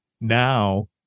now